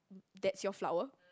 that's your flower